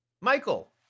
Michael